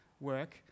work